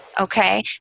Okay